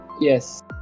Yes